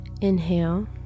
Inhale